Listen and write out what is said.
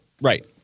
Right